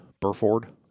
Burford